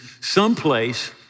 someplace